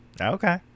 okay